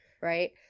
right